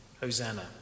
Hosanna